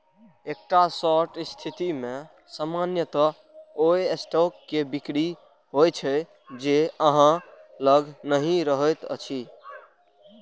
एकटा शॉर्ट स्थिति मे सामान्यतः ओइ स्टॉक के बिक्री होइ छै, जे अहां लग नहि रहैत अछि